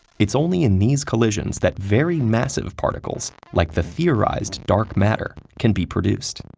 it's only in these collisions that very massive particles, like the theorized dark matter, can be produced.